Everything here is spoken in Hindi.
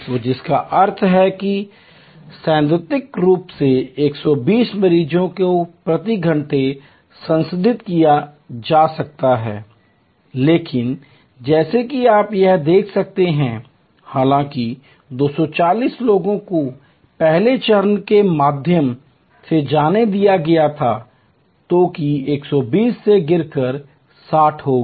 तो जिसका अर्थ है कि सैद्धांतिक रूप से 120 मरीजों को प्रति घंटे संसाधित किया जा सकता है लेकिन जैसा कि आप यहां देख सकते हैं हालांकि 240 लोगों को पहले चरण के माध्यम से जाने दिया गया था जो कि 120 से गिरकर 60 हो गया